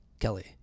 Kelly